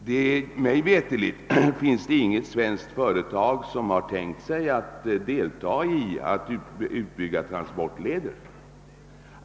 Mig veterligt finns det inget svenskt företag som har tänkt delta i utbyggnad av transportleder.